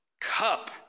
cup